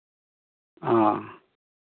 ᱚ